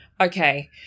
Okay